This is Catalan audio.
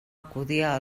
acudia